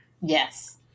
Yes